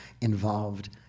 involved